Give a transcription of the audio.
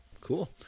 Cool